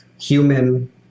human